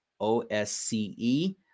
OSCE